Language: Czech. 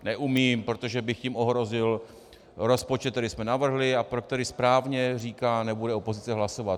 Neumím, protože bych jim ohrozil rozpočet, který jsme navrhli a pro který, správně říká, nebude opozice hlasovat.